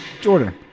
Jordan